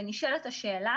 ונשאלת השאלה,